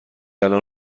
الان